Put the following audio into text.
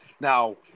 Now